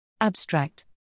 ABSTRACT